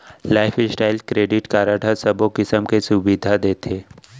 life style credit card ह सबो किसम के सुबिधा देथे